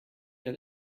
that